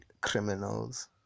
criminals